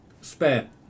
spare